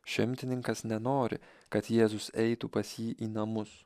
šimtininkas nenori kad jėzus eitų pas jį į namus